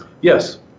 Yes